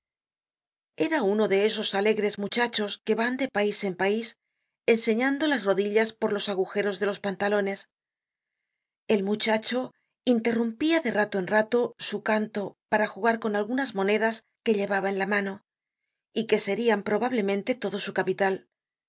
era uno de esos alegres muchachos que van de pais en pais enseñando las rodillas por los agujeros de los pantalones el muchacho interrumpía de rato en rato su canto para jugar con algunas monedas que llevaba en la mano y que serian probablemente todo su capital